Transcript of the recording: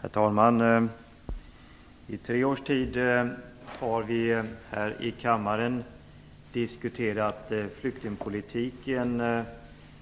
Herr talman! I tre års tid har vi här i kammaren diskuterat flyktingpolitiken